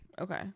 Okay